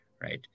right